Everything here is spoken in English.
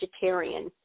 vegetarian